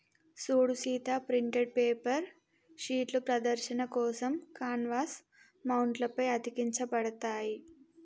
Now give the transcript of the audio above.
సూడు Sita printed paper షీట్లు ప్రదర్శన కోసం కాన్వాస్ మౌంట్ల పై అతికించబడతాయి